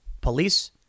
police